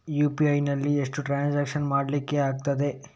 UPI ನಲ್ಲಿ ಎಷ್ಟು transaction ಮಾಡ್ಲಿಕ್ಕೆ ಆಗ್ತದೆ?